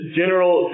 general